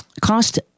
cost